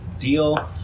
Deal